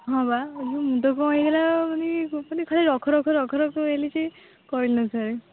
ହଁ ବା ମାନେ ମୁଣ୍ଡ କ'ଣ ହେଇଗଲା ମାନେ ମାନେ ଖାଲି ରଖରଖ ରଖରଖ ହେଲେ ସେ କହିଲ ସେ